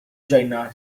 china